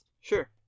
Sure